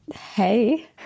hey